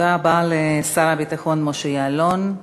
תודה רבה לשר הביטחון משה יעלון.